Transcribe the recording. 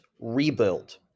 rebuild